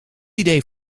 idee